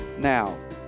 now